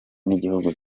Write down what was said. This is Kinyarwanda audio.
n’igihugu